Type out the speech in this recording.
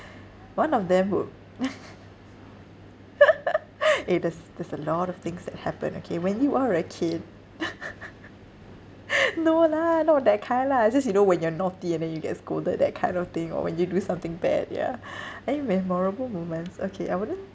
one of them would eh there's there's a lot of things that happened okay when you are a kid no lah not that kind lah it's just you know when you're naughty and then you get scolded that kind of thing or when you do something bad yeah any memorable moments okay I wouldn't